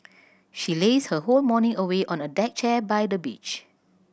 she lazed her whole morning away on a deck chair by the beach